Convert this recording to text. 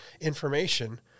information